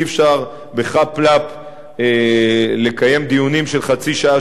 אי-אפשר בחאפ-לאפ לקיים דיונים של חצי שעה,